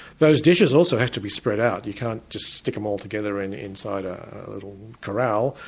those dishes also have to be spread out. you can't just stick them all together and inside a little corral,